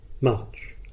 March